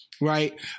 Right